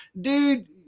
dude